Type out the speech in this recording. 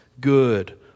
good